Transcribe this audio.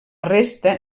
resta